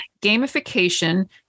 gamification